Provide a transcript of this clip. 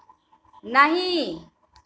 नहीं